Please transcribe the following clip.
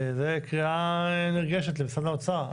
זאת קריאה נרגשת למשרד האוצר,